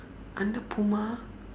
under Puma